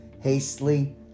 hastily